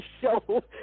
show